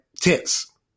tents